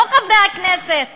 לא חברי הכנסת המבוגרים,